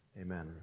Amen